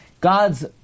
God's